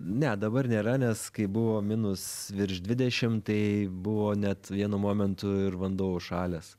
ne dabar nėra nes kai buvo minus virš dvidešim tai buvo net vienu momentu ir vanduo užšalęs